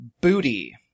booty